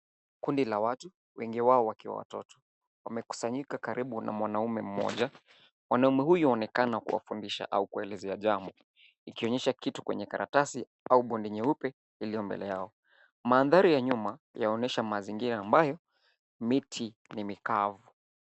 Kundi la watu wengi wao wakiwa watoto. Wamekusanyika karibu na mwanaume mmoja. Mwanaume huyo anaonekana kuwafundisha au kuwaelezea jambo. Ikionyesha kitu kwenye karatasi au bodi nyeupe iliyo mbele yao. Mandhari ya nyuma inaonyesha mazingira ambayo miti ni mikavu.